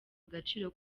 agaciro